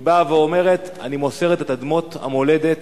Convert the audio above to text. היא באה ואומרת: אני מוסרת את אדמות המולדת